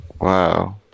Wow